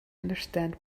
understand